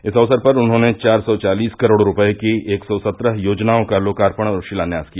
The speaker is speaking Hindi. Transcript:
इस अवसर पर उन्होंने चार सौ चालीस करोड़ रूपये की एक सौ सत्रह योजनाओं का लोकार्पण और शिलान्यास किया